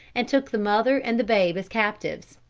and took the mother and the babe as captives.